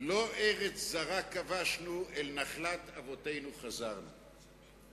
לא ארץ זרה כבשנו, אל נחלת אבותינו חזרנו.